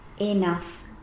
enough